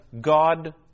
God